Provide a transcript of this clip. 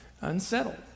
unsettled